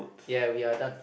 ya we are done